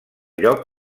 lloc